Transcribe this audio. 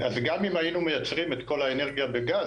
אז גם אם היינו מייצרים את כל האנרגיה בגז